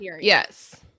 Yes